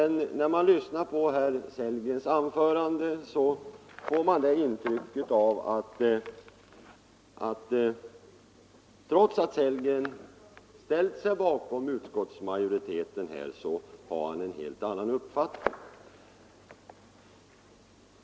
När jag lyssnade till herr Sellgrens anförande fick jag intrycket att herr Sellgren — trots att han ställt sig bakom utskottsmajoriteten — har en helt annan uppfattning än denna.